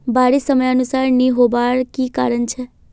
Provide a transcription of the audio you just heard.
बारिश समयानुसार नी होबार की कारण छे?